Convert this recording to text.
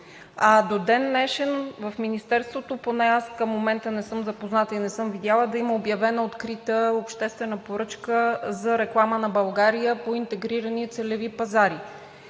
До ден днешен в Министерството, поне аз към момента не съм запозната, не съм видяла да има открита обществена поръчка за реклама на България по интегрирани целеви пазари.